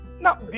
now